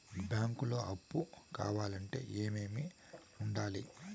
బ్యాంకులో అప్పు కావాలంటే ఏమేమి ఉండాలి?